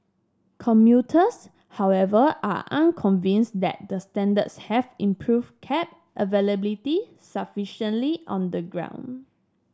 commuters however are unconvinced that the standards have improved cab availability sufficiently on the ground